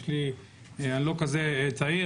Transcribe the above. אני לא כזה צעיר,